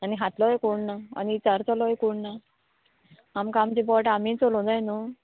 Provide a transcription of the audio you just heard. आनी खातलोय एक कोण ना आनी विचारतलो कोण ना आमकां आमचें पोट आमी चलोवं जाय न्हू